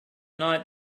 night